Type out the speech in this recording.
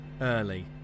...early